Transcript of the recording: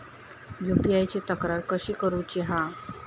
UPI ची तक्रार कशी करुची हा?